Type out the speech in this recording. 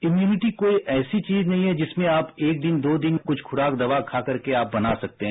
इम्प्रनिटी कोई ऐसी चौज नहीं है जिसमें आप एक दिन दो दिन कुछ खुराक दवा खा करके आप बना सकते हैं